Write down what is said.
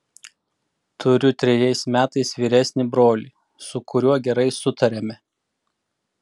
turiu trejais metais vyresnį brolį su kuriuo gerai sutariame